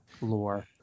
lore